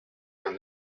won